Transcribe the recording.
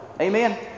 Amen